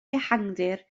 ehangdir